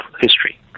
history